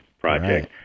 project